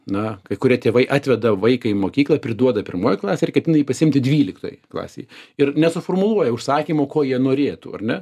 na kai kurie tėvai atveda vaiką į mokyklą priduoda pirmoj klasėj ir ketina jį pasiimti dvyliktoj klasėj ir nesuformuluoja užsakymų ko jie norėtų ar ne